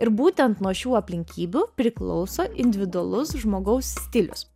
ir būtent nuo šių aplinkybių priklauso individualus žmogaus stilius